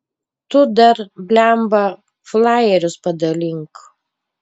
tu dar blemba flajerius padalink